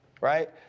right